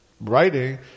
writing